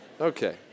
Okay